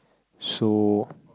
so